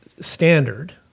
standard